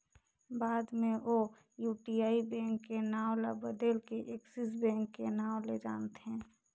बाद मे ओ यूटीआई बेंक के नांव ल बदेल के एक्सिस बेंक के नांव ले जानथें